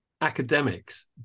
academics